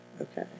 Okay